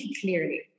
clearly